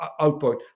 output